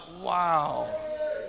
Wow